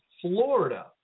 Florida